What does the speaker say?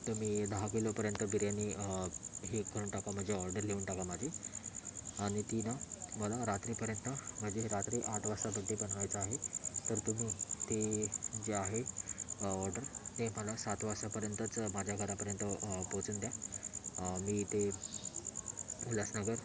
तुम्ही दहा किलोपर्यंत बिर्यानी हे करून टाका म्हणजे ऑर्डर लिहून टाका माझी आणि ती न मला रात्रीपर्यंत म्हणजे रात्री आठ वाजता बर्थडे मनवायचा आहे तर तुम्ही ते जे आहे ऑर्डर ते मला सात वाजतापर्यंतच माझ्या घरापर्यंत पोचून द्या मी ते उलासनगर